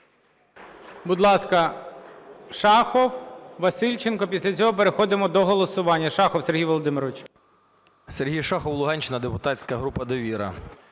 Будь ласка, Шахов, Васильченко. Після цього переходимо до голосування.